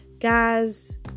Guys